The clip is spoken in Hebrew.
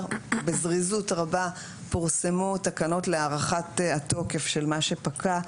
בזריזות רבה פורסמו תקנות להארכת התוקף של מה שפקע,